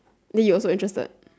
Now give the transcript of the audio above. maybe you also interested